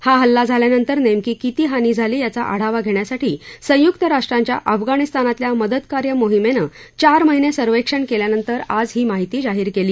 हा हल्ला झाल्यानंतर नेमकी किती हानी झाली याचा आढावा घेण्यासाठी संयुक्त राष्ट्रांच्या अफगाणिस्तानातल्या मदतकार्य मोहिमेनं चार महिने सर्वेक्षण केल्यानंतर आज ही माहिती जाहीर केली